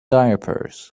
diapers